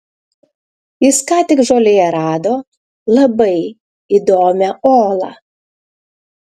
jis ką tik žolėje rado labai įdomią olą